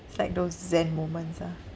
it's like those zen moments ah